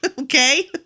Okay